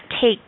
take